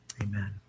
Amen